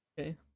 okay